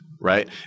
right